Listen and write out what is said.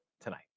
tonight